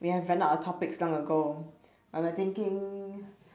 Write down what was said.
we have run out of topics long ago I'm like thinking